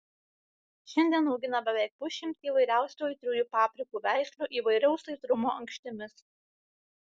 šiandien augina beveik pusšimtį įvairiausių aitriųjų paprikų veislių įvairaus aitrumo ankštimis